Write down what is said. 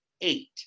eight